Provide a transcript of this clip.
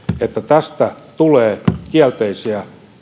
että tästä tulee kielteisiä